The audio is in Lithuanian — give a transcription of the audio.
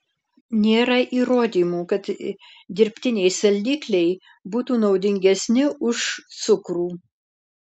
nėra įrodymų kad dirbtiniai saldikliai būtų naudingesni už cukrų